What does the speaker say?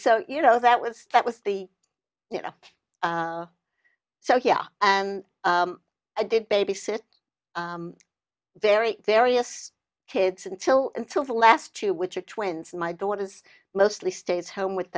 so you know that was that was the you know so yeah and i did babysit very various kids until until the last two which are twins my daughters mostly stays home with